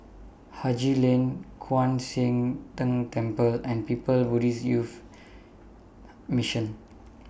Haji Lane Kwan Siang Tng Temple and Buddhist Youth Mission